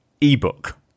ebook